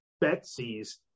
betsy's